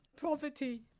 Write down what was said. poverty